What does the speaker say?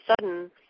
sudden